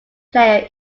player